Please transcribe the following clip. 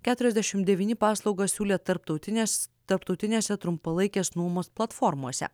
keturiasdešimt devyni paslaugas siūlė tarptautinės tarptautinėse trumpalaikės nuomos platformose